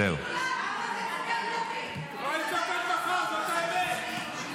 לא מצופה מכם --- תומכים בהשתמטות.